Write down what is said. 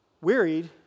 wearied